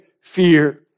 fear